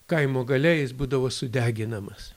kaimo gale jis būdavo sudeginamas